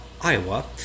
Iowa